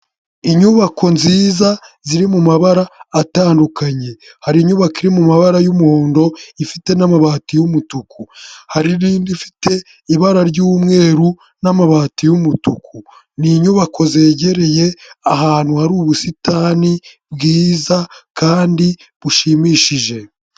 Inyubako nziza ziri mu mabara atandukanye. Hari inyubako iri mu mabara y'umuhondo, ifite n'amabati y'umutuku. Hari n'indi ifite ibara ry'umweru n'amabati y'umutuku. Ni inyubako zegereye ahantu hari ubusitani bwiza kandi bushimishije.